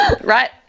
right